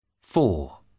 Four